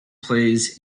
plays